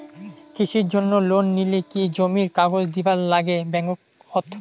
কৃষির জন্যে লোন নিলে কি জমির কাগজ দিবার নাগে ব্যাংক ওত?